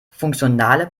funktionale